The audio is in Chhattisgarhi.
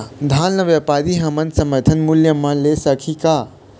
धान ला व्यापारी हमन समर्थन मूल्य म ले सकही का?